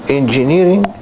engineering